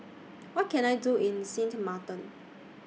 What Can I Do in Sint Maarten